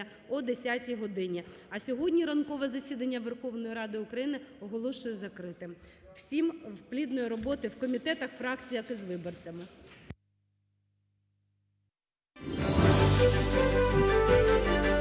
о 10 годині. А сьогодні ранкове засідання Верховної Ради України оголошую закритим. Всім плідної роботи в комітетах, фракціях і з виборцями.